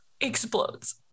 explodes